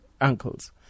uncles